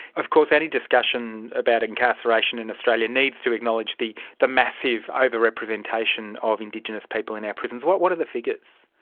of course any discussion about incarceration in australia needs to acknowledge the the massive overrepresentation of indigenous people in our prisons. what what are the figures?